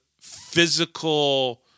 physical